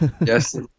Yes